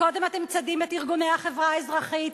קודם אתם צדים את ארגוני החברה האזרחית,